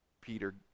Peter